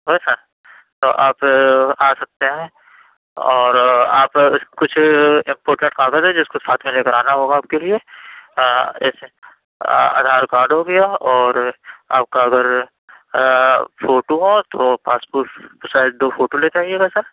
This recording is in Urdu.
اوکے سر تو آپ آ سکتے ہیں اور آپ کچھ امپارٹینٹ کاغذ ہیں جس کو ہاتھ میں لے کر آنا ہوگا آپ کے لئے ایک سیکنڈ آدھار کارڈ ہو گیا اور آپ کا اگر فوٹو ہوں تو پاسپورٹ سائز دو فوٹو لے کے آئیے گا سر